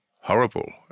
horrible